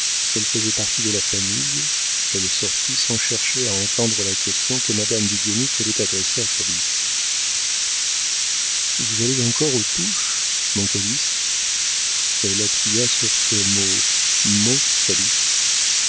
elle faisait partie de la famille elle sortit sans chercher à entendre la question que madame du guénic allait adresser à calyste vous allez encore aux touches mon calyste elle appuya sur ce mot